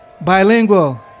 bilingual